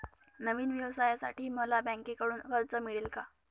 नवीन व्यवसायासाठी मला बँकेकडून कर्ज मिळेल का?